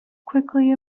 quickly